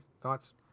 thoughts